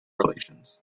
relations